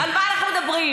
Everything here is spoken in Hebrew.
על מה אנחנו מדברים,